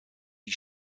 sie